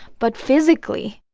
but physically.